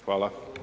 Hvala.